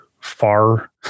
far